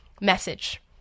message